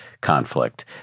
conflict